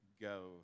Go